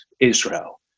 Israel